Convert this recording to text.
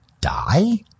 die